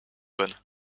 bonne